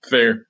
Fair